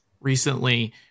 recently